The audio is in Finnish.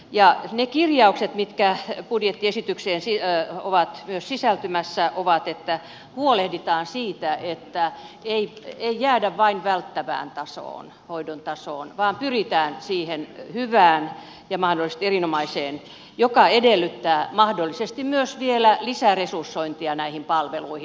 myös ne kirjaukset budjettiesitykseen ovat sisältymässä että huolehditaan siitä että ei jäädä vain välttävään hoidon tasoon vaan pyritään siihen hyvään ja mahdollisesti erinomaiseen tasoon joka edellyttää mahdollisesti myös vielä lisäresursointia näihin palveluihin